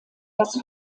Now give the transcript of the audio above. das